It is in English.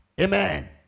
Amen